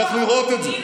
צריך לראות את זה.